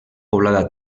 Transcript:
poblada